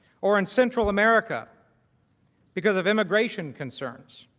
or in central america because of immigration concerns